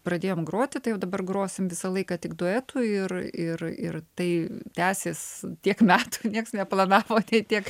pradėjom groti tai jau dabar grosim visą laiką tik duetu ir ir ir tai tęsis tiek metų nieks neplanavo nei tiek